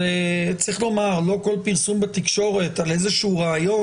צריך לומר שלא כל פרסום בתקשורת על איזה שהוא רעיון